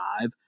five